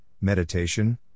meditation